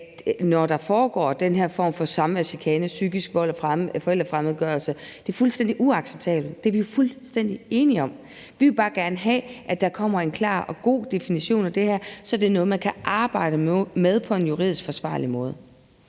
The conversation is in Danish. når der foregår den her form for samværschikane, typisk vold og forældrefremmedgørelse, er det fuldstændig uacceptabelt. Det er vi fuldstændig enige om. Vi vil bare gerne have, at der kommer en klar og god definition af det her, så det er noget, man kan arbejde med på en juridisk forsvarlig måde.